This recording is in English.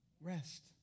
Rest